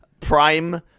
prime